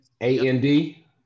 A-N-D